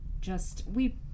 just—we